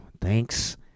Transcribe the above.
thanks